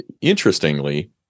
interestingly